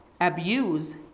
Abuse